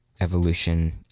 evolution